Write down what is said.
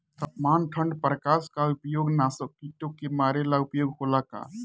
तापमान ठण्ड प्रकास का उपयोग नाशक कीटो के मारे ला उपयोग होला का?